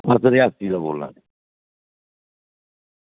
अस रियासी दा बोल्ला नै आं